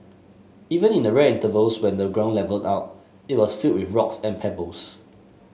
even in the rare intervals when the ground levelled out it was filled with rocks and pebbles